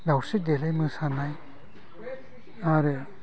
दावस्रि देलाय मोसानाय आरो